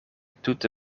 tute